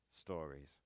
stories